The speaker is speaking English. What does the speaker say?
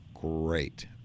great